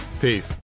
Peace